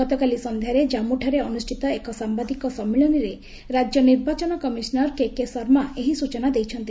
ଗତକାଲି ସନ୍ଧ୍ୟାରେ ଜାମ୍ମଠାରେ ଅନ୍ରଷ୍ଠିତ ଏକ ସାମ୍ବାଦିକ ସମ୍ମିଳନୀରେ ରାଜ୍ୟ ନିର୍ବାଚନ କମିଶନର୍ କେକେ ଶର୍ମା ଏହି ସୂଚନା ଦେଇଛନ୍ତି